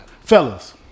Fellas